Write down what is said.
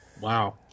wow